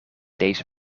deze